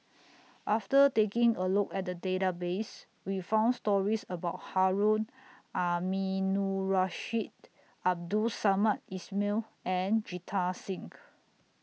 after taking A Look At The Database We found stories about Harun Aminurrashid Abdul Samad Ismail and Jita Singh